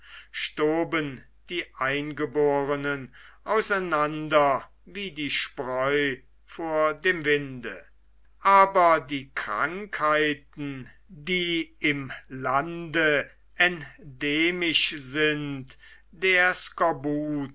stoben die eingeborenen auseinander wie die spreu vor dem winde aber die krankheiten die im lande endemisch sind der